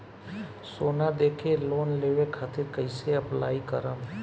सोना देके लोन लेवे खातिर कैसे अप्लाई करम?